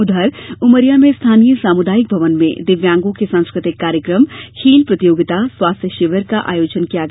उधर उमरिया में स्थानीय सामुदायिक भवन में दिव्यागों के सांस्कृतिक कार्यक्रमखेल प्रतियोगिता स्वास्थ्य शिविर आदि का आयोजन किया गया